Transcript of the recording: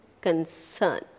concerned